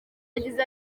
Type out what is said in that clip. yagize